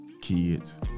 kids